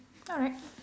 alright